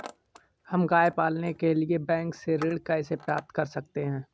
हम गाय पालने के लिए बैंक से ऋण कैसे प्राप्त कर सकते हैं?